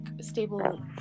stable